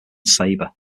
sabre